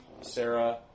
Sarah